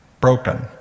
broken